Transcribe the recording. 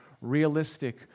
realistic